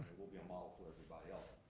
it will be a model for everybody else.